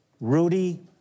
Rudy